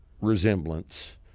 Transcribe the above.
resemblance